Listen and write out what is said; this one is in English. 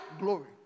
glory